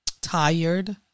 Tired